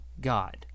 God